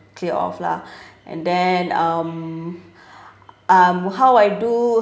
clear off lah and then um um how I do